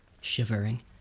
shivering